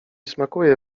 smakuje